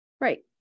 Right